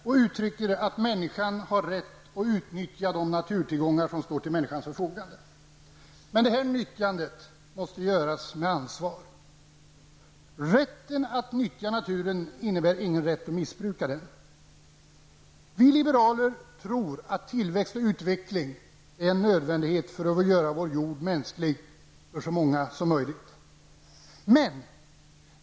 Den uttrycker att människan har rätt att utnyttja de naturtillgångar som står till människans förfogande. Detta nyttjande måste göras med ansvar. Rätten att nyttja naturen innebär ingen rätt att missbruka den. Vi liberaler tror att tillväxt och utveckling är en nödvändighet för att göra vår jord mänsklig för så många som möjligt.